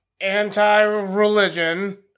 anti-religion